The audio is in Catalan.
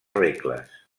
regles